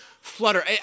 flutter